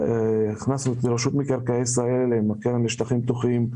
נכנסנו לרשות מקרקעי ישראל עם הקרן לשטחים פתוחים.